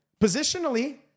Positionally